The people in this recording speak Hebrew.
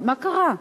מה קרה?